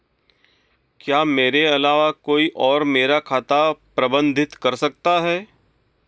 क्या मेरे अलावा कोई और मेरा खाता प्रबंधित कर सकता है?